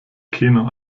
keno